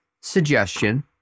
suggestion